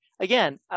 again